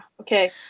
okay